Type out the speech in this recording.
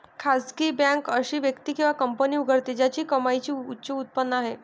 खासगी बँक अशी व्यक्ती किंवा कंपनी उघडते ज्याची कमाईची उच्च उत्पन्न आहे